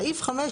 סעיף 5,